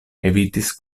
evitis